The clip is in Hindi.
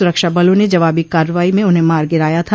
सुरक्षाबलों ने जवाबी कार्रवाई में उन्हें मार गिराया था